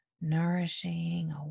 nourishing